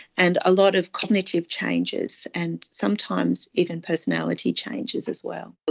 and a lot of cognitive changes and sometimes even personality changes as well. but